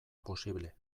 posible